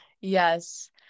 yes